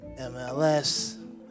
MLS